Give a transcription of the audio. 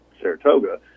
Saratoga